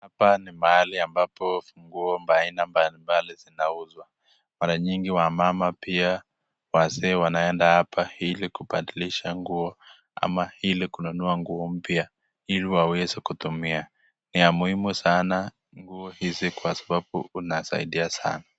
Hapa ni mahali ambapo nguo mbalimbali zinauzwa mara mingi wamama pia wazee wanaenda hapa hili kupandisha nguo ama hili kununua nguo mpya hili waweze kutumia ni ya muhimu sana nguo hizi kwa sababu inasaidia sana.